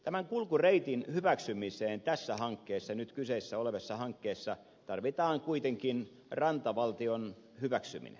tämän kulkureitin hyväksymiseen tässä hankkeessa nyt kyseessä olevassa hankkeessa tarvitaan kuitenkin rantavaltion hyväksyminen